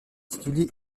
particulier